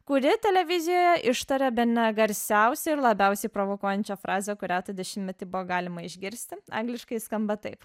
kuri televizijoje ištarė bene garsiausią ir labiausiai provokuojančią frazę kurią tą dešimtmetį buvo galima išgirsti angliškai skamba taip